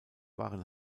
waren